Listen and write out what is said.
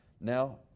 Now